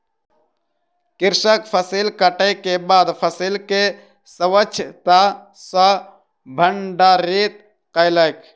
कृषक फसिल कटै के बाद फसिल के स्वच्छता सॅ भंडारित कयलक